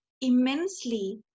immensely